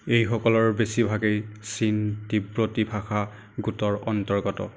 এইসকলৰ বেছিভাগেই চীন তিব্বতী ভাষা গোটৰ অন্তৰ্গত